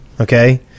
okay